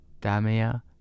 Damia